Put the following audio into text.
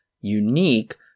unique